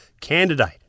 candidate